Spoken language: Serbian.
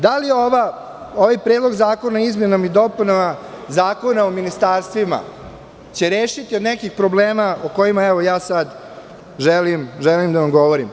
Da li ovaj Predlog zakona o izmenama i dopunama Zakona o ministarstvima će rešiti od nekih problema o kojima ja sada želim da vam govorim?